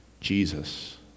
Jesus